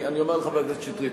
אני אומר לחבר הכנסת שטרית,